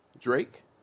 Drake